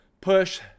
Push